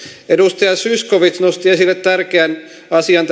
edustaja zyskowicz nosti esille tärkeän asian